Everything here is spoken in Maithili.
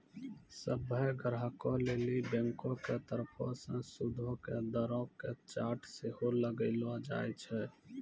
सभ्भे ग्राहको लेली बैंको के तरफो से सूदो के दरो के चार्ट सेहो लगैलो जाय छै